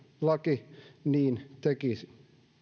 laki niin tekisi